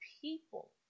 people